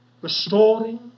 restoring